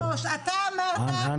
אדוני היו"ר אתה אמרת שסדר הדוברים --- אני